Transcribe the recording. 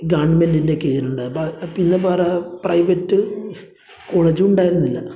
ഗവണ്മെന്റിന്റെ കീഴിലുണ്ടായത് അത് പിന്ന വേറെ പ്രൈവറ്റ് കോളേജ് ഉണ്ടായിരുന്നില്ല